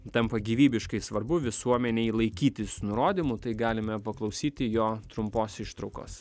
tampa gyvybiškai svarbu visuomenei laikytis nurodymų tai galime paklausyti jo trumpos ištraukos